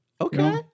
Okay